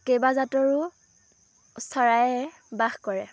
কেইবাজাতৰো চৰায়ে বাস কৰে